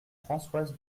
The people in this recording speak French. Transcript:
françoise